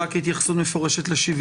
רק התייחסות מפורשת לשוויון.